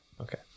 Okay